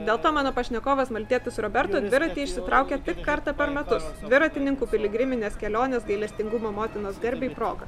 dėl to mano pašnekovas maltietis roberto dviratį išsitraukia tik kartą per metus dviratininkų piligrimines keliones gailestingumo motinos garbei proga